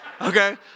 Okay